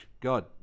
God